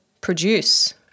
produce